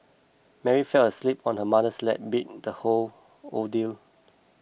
Mary fell asleep on her mother's lap beat the whole ordeal